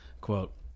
quote